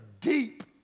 deep